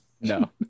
No